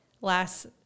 last